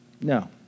No